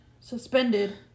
suspended